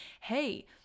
hey